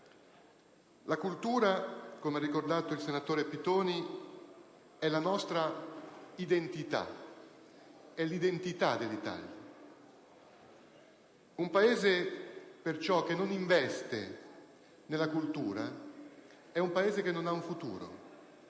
La cultura, come ha ricordato il senatore Pittoni, è la nostra identità, è l'identità dell'Italia. Un Paese, perciò, che non investe nella cultura è un Paese che non ha un futuro.